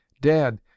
Dad